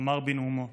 אמר בנאומו.